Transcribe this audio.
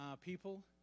people